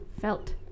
felt